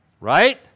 Right